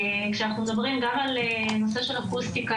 כשאנחנו מדברים גם על נושא של אקוסטיקה